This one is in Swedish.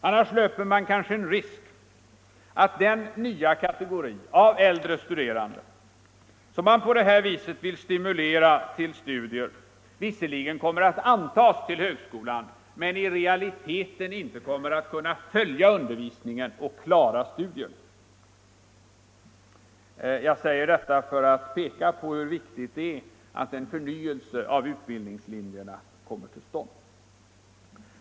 Annars löper man kanske en risk för att den nya kategori av äldre studerande, som man på det här sättet vill stimulera till studier, visserligen kommer att antas till högskolan men i realiteten sedan inte kommer att kunna följa undervisningen och klara av högskolestudierna. Jag säger detta bl.a. för att peka på hur viktigt det är att en förnyelse av utbildningslinjerna kommer till stånd.